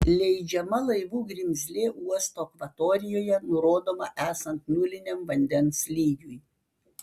leidžiama laivų grimzlė uosto akvatorijoje nurodoma esant nuliniam vandens lygiui